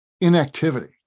Inactivity